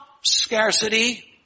scarcity